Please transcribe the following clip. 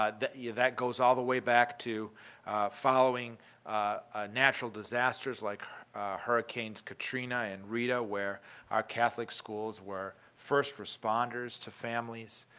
ah yeah that goes all the way back to following natural disasters like hurricanes katrina and rita where our catholic schools were first responders to families,